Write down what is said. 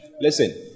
Listen